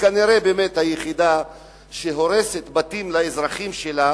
וכנראה באמת היחידה שהורסת בתים לאזרחים שלה